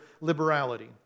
liberality